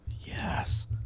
Yes